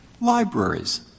Libraries